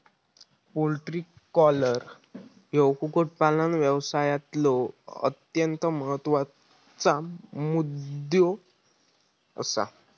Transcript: poultry cholera ह्यो कुक्कुटपालन व्यवसायातलो अत्यंत महत्त्वाचा मुद्दो आसा